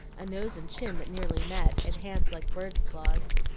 a nose and chin that nearly met, and hands like birds' claws.